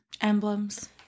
Emblems